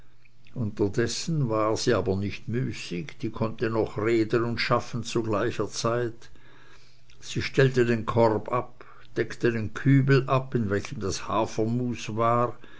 unterdessen war sie aber nicht müßig die konnte noch reden und schaffen zu gleicher zeit sie stellte den korb ab deckte den kübel ab in welchem das hafermus war